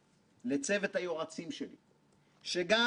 בראש ובראשונה תודה לשי (שאקו) דוד,